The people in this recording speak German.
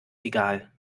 egal